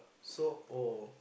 so old